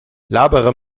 labere